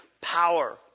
power